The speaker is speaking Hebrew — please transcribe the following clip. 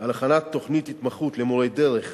על הכנת תוכנית התמחות למורי דרך